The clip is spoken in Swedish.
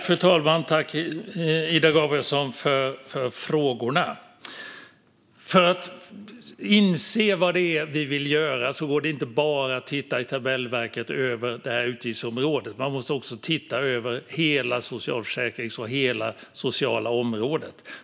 Fru talman! Tack, Ida Gabrielsson, för frågorna! För att inse vad det är vi vill göra räcker det inte att bara titta i tabellverket över det här utgiftsområdet. Man måste också titta på hela socialförsäkringsområdet och hela det sociala området.